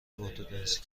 ارتدنسی